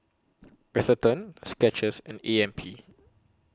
Atherton Skechers and A M P